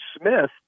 Smith